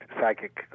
psychic